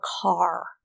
car